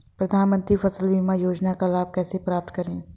प्रधानमंत्री फसल बीमा योजना का लाभ कैसे प्राप्त करें?